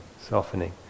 softening